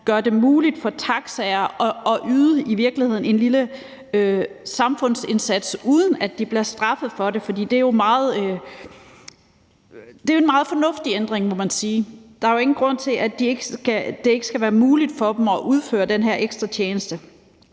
gør det muligt for taxaer at yde en lille samfundsindsats, uden at de bliver straffet for det. Det er jo en meget fornuftig ændring, må man sige. Der er ingen grund til, at det ikke skal være muligt for dem at yde den her ekstra indsats.